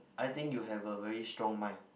I think you have a very strong mind